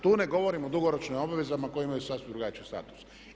Tu ne govorimo o dugoročnim obvezama koje imaju sasvim drugačiji status.